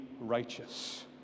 righteous